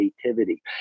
creativity